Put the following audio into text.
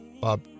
Bob